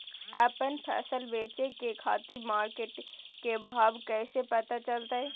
आपन फसल बेचे के खातिर मार्केट के भाव कैसे पता चलतय?